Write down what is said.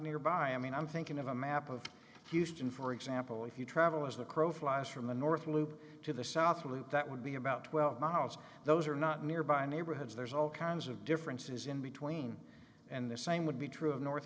nearby i mean i'm thinking of a map of houston for example if you travel as the crow flies from the north loop to the south loop that would be about twelve miles those are not nearby neighborhoods there's all kinds of differences in between and the same would be true of north